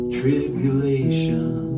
tribulation